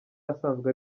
asanzwe